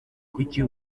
kuki